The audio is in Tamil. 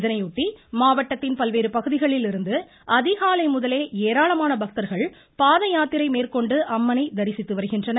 இதையொட்டி மாவட்டத்தின் பல்வேறு பகுதிகளிலிருந்து அதிகாலை முதலே ஏராளமான பக்தர்கள் பாதயாத்திரை மேற்கொண்டு அம்மனை தரிசித்து வருகின்றனர்